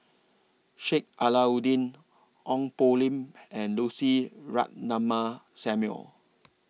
Sheik Alau'ddin Ong Poh Lim and Lucy Ratnammah Samuel